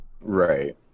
right